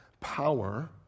power